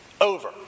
over